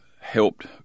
helped